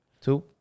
two